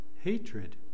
hatred